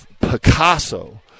Picasso